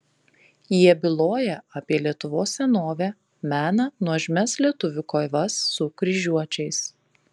jie byloja apie lietuvos senovę mena nuožmias lietuvių kovas su kryžiuočiais